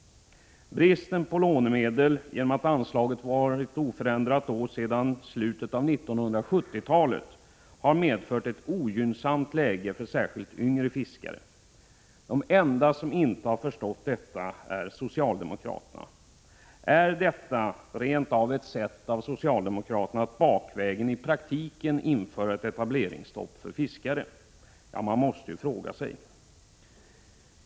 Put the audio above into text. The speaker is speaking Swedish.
Bristen på lånemedel, genom att anslaget varit oförändrat sedan slutet av 1970-talet, har medfört ett ogynnsamt läge för särskilt yngre fiskare. De enda som inte har förstått detta är socialdemokraterna. Är detta rent av ett sätt att bakvägen i praktiken införa ett etableringsstopp för fiskare? Ja, det måste man fråga sig.